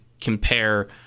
compare